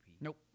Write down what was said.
Nope